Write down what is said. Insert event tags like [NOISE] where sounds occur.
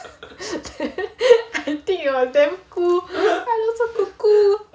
then I [LAUGHS] think it was damn cool I look so kuku